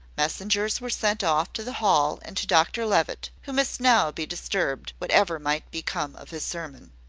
messengers were sent off to the hall and to dr levitt, who must now be disturbed, whatever might become of his sermon.